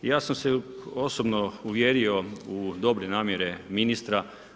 Ja sam se osobno uvjerio u dobre namjere ministra.